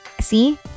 see